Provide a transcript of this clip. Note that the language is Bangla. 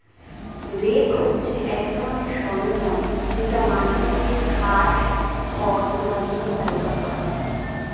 রেক হচ্ছে এক ধরনের সরঞ্জাম যেটা মাটি থেকে ঘাস, খড় তোলার জন্য ব্যবহার করা হয়